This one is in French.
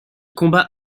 combat